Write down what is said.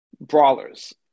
Brawlers